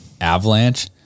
avalanche